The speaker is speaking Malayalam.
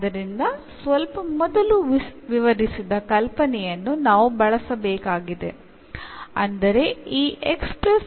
അതിനാൽ മുമ്പ് വിവരിച്ച ആശയം നമ്മൾ ഉപയോഗിക്കേണ്ടതുണ്ട്